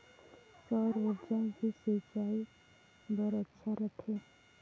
सौर ऊर्जा भी सिंचाई बर अच्छा रहथे?